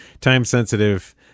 time-sensitive